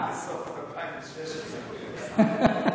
יש שמועות שגם קשה לו לדעת מה קורה בסוף 2016. איך הוא ידע?